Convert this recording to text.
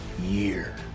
year